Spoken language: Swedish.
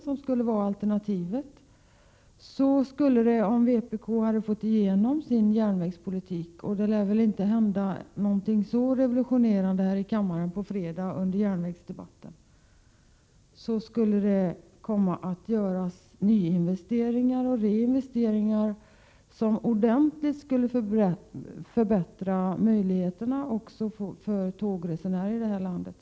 Om vpk skulle få igenom sin järnvägspolitik — men någonting så revolutionerande lär inte hända vid debatten om järnvägstrafiken på fredag — skulle det göras nyinvesteringar och reinvesteringar som ordentligt skulle förbättra möjligheterna framför allt för tågresenärer i landet.